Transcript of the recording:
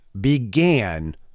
began